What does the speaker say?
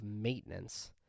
maintenance